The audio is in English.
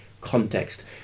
context